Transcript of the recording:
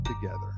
together